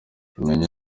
menye